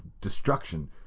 destruction